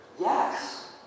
yes